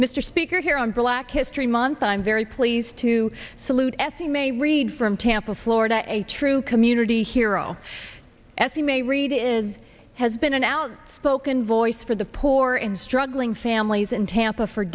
mr speaker here on black history month i'm very pleased to salute at the may read from tampa florida a true community hero as you may read is has been an outspoken voice for the poor and struggling families in tampa for